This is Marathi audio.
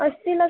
असतीलच